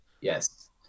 yes